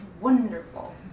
wonderful